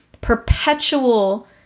perpetual